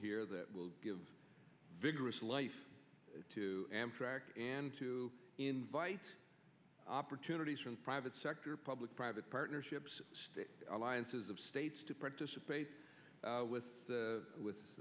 here that will give vigorous life to amtrak and to invite opportunities from private sector public private partnerships state alliances of states to participate with with